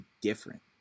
different